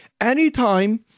Anytime